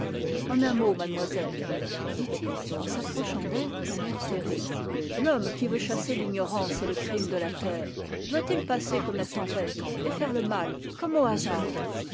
en un mot mademoiselle dit-il en s'approchant d'elle d'un air terrible l'homme qui veut chasser l'ignorance et le crime de la terre doit-il passer comme la tempête et faire le mal comme au hasard